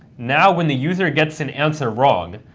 now when the user gets an answer wrong,